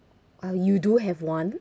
uh you do have one